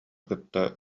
кытта